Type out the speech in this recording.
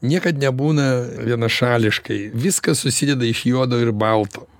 niekad nebūna vienašališkai viskas susideda iš juodo ir balto